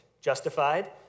Justified